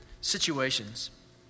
situations